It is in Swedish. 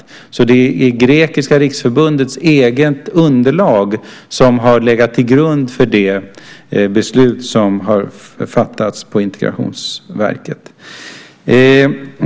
Det är alltså Grekiska Riksförbundets eget underlag som har legat till grund för det beslut som har fattats av Integrationsverket.